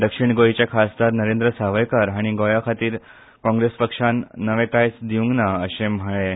दक्षीण गोंयचे खासदार नरेंद्र सावयकार हांणी गोंयां खातीर काँग्रेस पक्षान नवे कांयच दिवंक ना अशें म्हळें